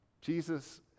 Jesus